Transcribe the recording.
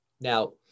Now